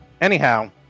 Anyhow